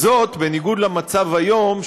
בניגוד למצב כיום,